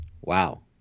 Wow